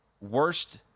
worst